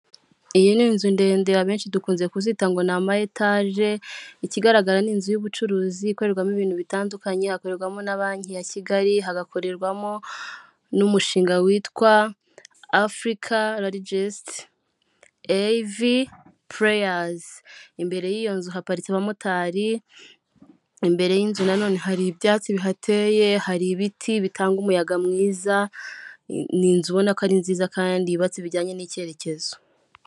Iyi ni inzu ndende abenshi dukunze kuzita ngo ni amaetage, ikigaragara ni inzu y'ubucuruzi ikorerwamo ibintu bitandukanye hakorerwamo na banki ya Kigali, hagakorerwamo n'umushinga witwa africa Afurika rarigesiti ryivi pureya, imbere y'iyo nzu haparitse abamotari imbere y'inzu na none hari ibyatsi bihateye hari ibiti bitanga umuyaga mwiza ni inzu ubona ko ari nziza kandi yubatse bijyanye n'icyerekezo.